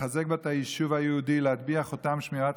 לחזק בה את היישוב החרדי ולהטביע חותם שמירת